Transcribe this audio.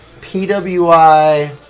PWI